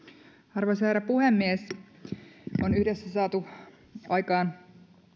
arvoisa herra puhemies on yhdessä saatu aikaan